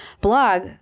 blog